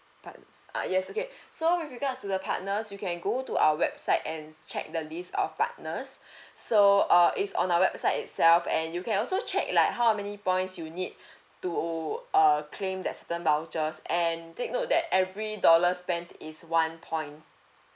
partners ah yes okay so with regards to the partners you can go to our website and check the list of partners so uh it's on our website itself and you can also check like how many points you need to err claim that certain vouchers and take note that every dollar spent is one point